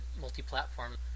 multi-platform